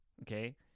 Okay